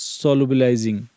solubilizing